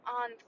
on